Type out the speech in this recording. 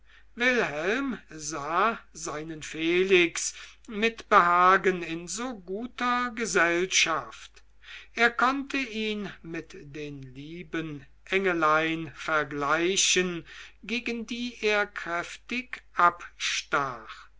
wilhelm sah seinen felix mit behagen in so guter gesellschaft er konnte ihn mit den lieben engelein vergleichen gegen die er kräftig abstach